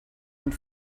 und